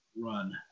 Run